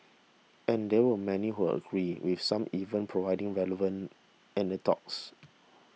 and there were many who agreed with some even providing relevant anecdotes